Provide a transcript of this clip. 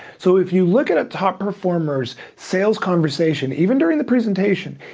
so if you look at a top performer's sales conversation, even during the presentation,